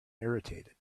irritated